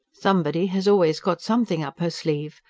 somebody has always got something up her sleeve,